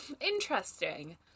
interesting